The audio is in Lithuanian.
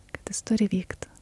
kad jis turi vykt